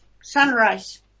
Sunrise